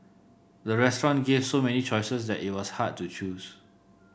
the restaurant gave so many choices that it was hard to choose